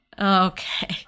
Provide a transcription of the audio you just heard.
okay